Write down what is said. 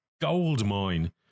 Goldmine